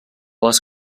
les